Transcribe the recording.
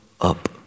up